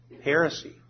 heresy